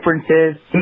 differences